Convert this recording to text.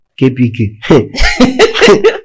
KPK